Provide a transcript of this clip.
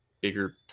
bigger